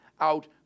out